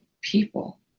people